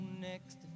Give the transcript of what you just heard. next